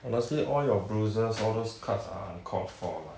honestly all your bruises all those cuts are uncalled for lah